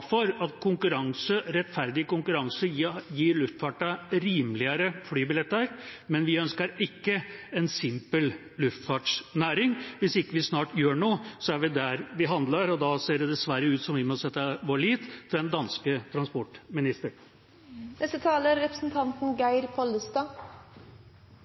for at rettferdig konkurranse i luftfarten gir rimeligere flybilletter, men vi ønsker ikke en simpel luftfartsnæring. Hvis vi ikke snart gjør noe, er det vel der vi havner, og da ser det dessverre ut til at vi må sette vår lit til den danske transportministeren. Luftfarten er